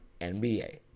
NBA